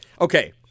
Okay